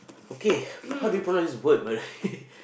okay how do you pronounce this word in Malay